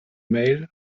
mail